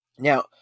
Now